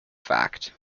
fact